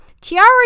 Tiara